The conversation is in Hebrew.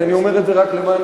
אז אני אומר את זה רק לפרוטוקול,